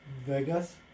Vegas